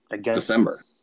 December